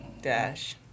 Dash